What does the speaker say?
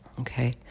Okay